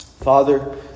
Father